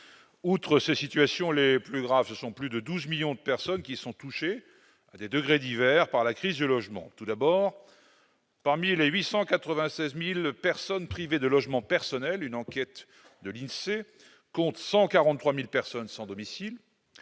Outre ces situations les plus graves, ce sont plus de 12 millions de personnes qui sont touchées à des degrés divers par la crise du logement. Tout d'abord, parmi les 896 000 personnes privées de logement personnel, une enquête de l'INSEE compte 143 000 personnes sans domicile.